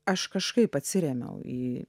aš kažkaip atsirėmiau į